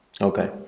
Okay